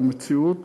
זו מציאות,